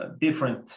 different